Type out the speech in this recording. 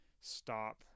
stop